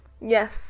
yes